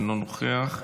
אינו נוכח,